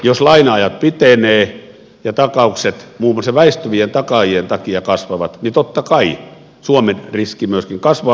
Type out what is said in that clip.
jos laina ajat pitenevät ja takaukset muun muassa väistyvien takaajien takia kasvavat niin totta kai suomen riski myöskin kasvaa